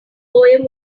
poem